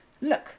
Look